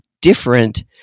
different